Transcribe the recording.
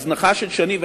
הזנחה של שנים,